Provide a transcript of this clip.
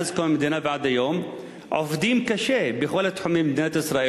מאז קום המדינה ועד היום עובדים קשה בכל התחומים במדינת ישראל,